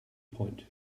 point